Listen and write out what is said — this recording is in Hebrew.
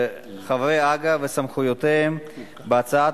עוברים להצביע בקריאה שלישית על הצעת